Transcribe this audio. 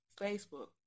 Facebook